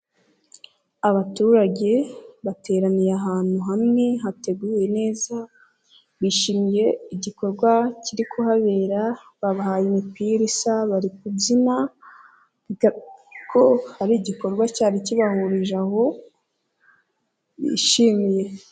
Abaturage bateraniye ahantu hamwe hateguwe neza, bishimiye igikorwa kiri kuhabera babahaye imipira isa bari kubyina, bigaragara ko hari igikorwa cyari kibahurije aho bishimiye.